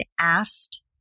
asked